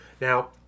Now